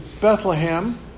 Bethlehem